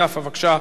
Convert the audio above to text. שלוש דקות.